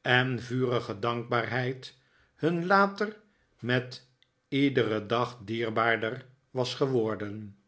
en vurige dankbaarheid hun later met iederen dag dierbaarder was geworden